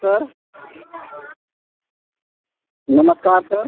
sir नमस्कार sir